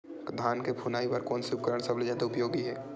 धान के फुनाई बर कोन से उपकरण सबले जादा उपयोगी हे?